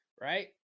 right